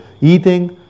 eating